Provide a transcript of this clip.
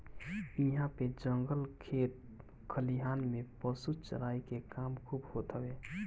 इहां पे जंगल खेत खलिहान में पशु चराई के काम खूब होत हवे